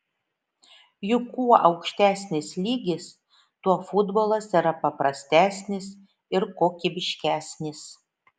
juk kuo aukštesnis lygis tuo futbolas yra paprastesnis ir kokybiškesnis